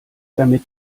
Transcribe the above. damit